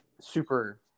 super